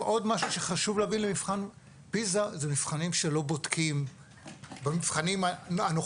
עוד משהו שחשוב להבין לגבי מבחן פיזה במבחנים הנוכחיים